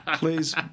Please